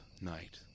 night